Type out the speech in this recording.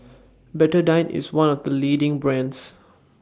Betadine IS one of The leading brands